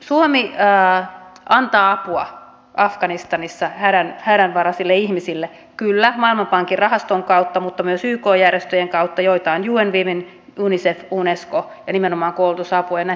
suomi antaa apua afganistanissa hädänalaisille ihmisille kyllä maailmanpankin rahaston kautta mutta myös yk järjestöjen kautta joita ovat un women unicef unesco ja nimenomaan koulutusapua